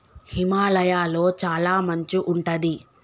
హిమాలయ లొ చాల మంచు ఉంటది